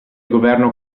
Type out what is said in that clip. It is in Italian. governo